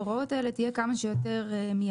היא שההחלה של ההוראות האלה תהיה כמה שיותר מיידית,